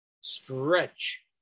stretch